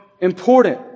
important